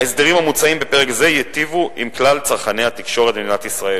ההסדרים המוצעים בפרק זה ייטיבו עם כלל צרכני התקשורת במדינת ישראל,